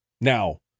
Now